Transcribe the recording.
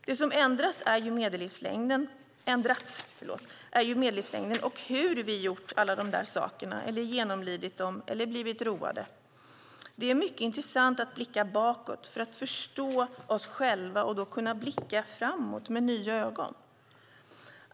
Det som ändrats är ju medellivslängden och hur vi gjort alla de där sakerna, genomlidit dem eller blivit roade. Det är mycket intressant att blicka bakåt för att förstå oss själva och då kunna blicka framåt med nya ögon.